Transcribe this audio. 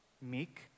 meek